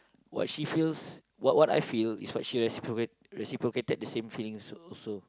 what she feels what what I feel is what she reciprocate reciprocated the same feelings also